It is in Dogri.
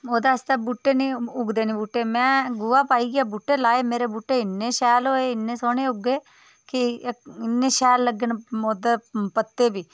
ओह्दे आस्तै बूह्टे नि उग्गदे नी बूह्टे में गोहा पाइयै बूह्टे लाए मेरे बह्टे इन्ने शैल होए इन्ने सोह्ने उग्गे कि इन्ने शैल लग्गन पत्त पत्ते बी